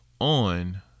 on